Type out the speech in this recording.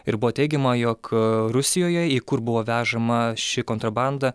ir buvo teigiama jog rusijoje į kur buvo vežama ši kontrabanda